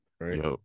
right